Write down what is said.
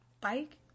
Bike